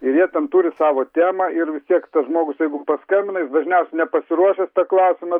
ir jie ten turi savo temą ir vis tiek tas žmogus jeigu paskambina jis dažniaus nepasiruošęs tą klausimą